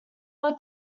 were